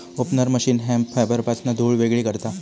opener machine hemp फायबरपासना धुळ वेगळी करता